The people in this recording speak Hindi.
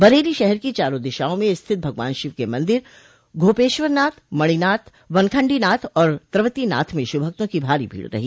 बरेली शहर की चारों दिशाओं में स्थित भगवान शिव के मंदिर घोपेश्वरनाथ मणिनाथ वनखंडीनाथ और त्रवतीनाथ में शिवभक्तों की भारी भीड़ रही